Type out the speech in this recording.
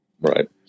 Right